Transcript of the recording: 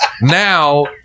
Now